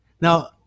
Now